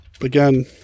Again